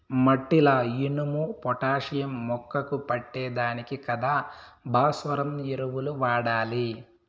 మట్టిల ఇనుము, పొటాషియం మొక్కకు పట్టే దానికి కదా భాస్వరం ఎరువులు వాడాలి